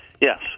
Yes